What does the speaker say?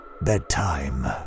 bedtime